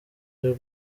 ryo